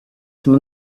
some